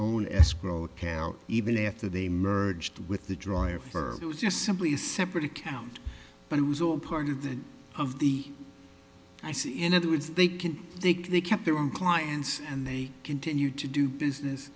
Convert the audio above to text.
own escrow account even after they merged with the dryer ferber was just simply a separate account but it was all part of the end of the i see in other words they can take they kept their own clients and they continue to do business